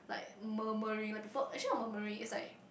like murmuring like people actually not murmuring it's like